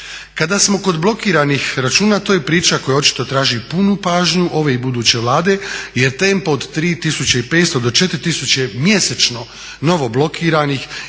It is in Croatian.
Kada smo kod blokiranih računa to je priča koja očito traži punu pažnju ove i buduće Vlade jer tempo od 3500 do 4000 mjesečno novoblokiranih